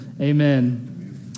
Amen